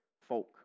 folk